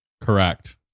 correct